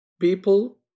people